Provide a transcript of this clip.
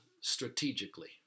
strategically